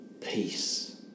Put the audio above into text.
peace